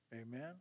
amen